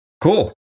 Cool